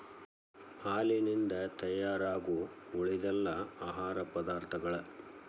ಹಾಲಿನಿಂದ ತಯಾರಾಗು ಉಳಿದೆಲ್ಲಾ ಆಹಾರ ಪದಾರ್ಥಗಳ